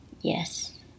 Yes